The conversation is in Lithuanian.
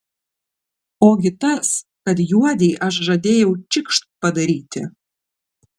ogi tas kad juodei aš žadėjau čikšt padaryti